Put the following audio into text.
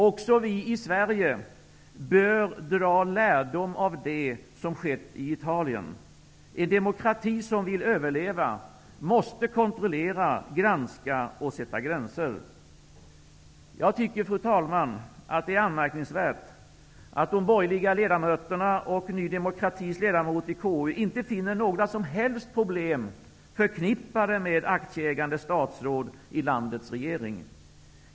Också vi i Sverige bör dra lärdom av det som har skett i Italien. En demokrati som vill överleva måste kontrollera, granska och sätta gränser. Jag tycker, fru talman, att det är anmärkningsvärt att de borgerliga ledamöterna och Ny demokratis ledamot i KU inte finner några som helst problem förknippade med aktieägande statsråd i landets regering.